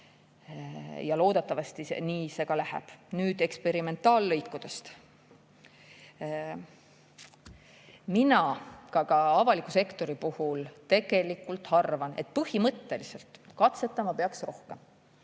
Loodetavasti nii see ka läheb. Nüüd eksperimentaallõikudest. Mina ka avaliku sektori puhul tegelikult arvan, et põhimõtteliselt peaks rohkem